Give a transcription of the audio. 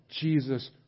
Jesus